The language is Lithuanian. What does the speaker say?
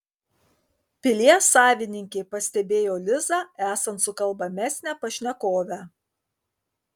pilies savininkė pastebėjo lizą esant sukalbamesnę pašnekovę